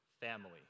family